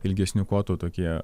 ilgesniu kotu tokie